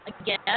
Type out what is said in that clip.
again